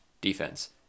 defense